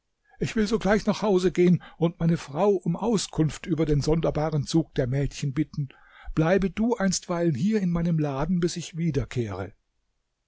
ich will sogleich nach hause gehen und meine frau um auskunft über den sonderbaren zug der mädchen bitten bleibe du einstweilen hier in meinem laden bis ich wiederkehre